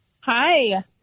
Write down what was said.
Hi